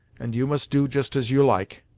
and you must do just as you like.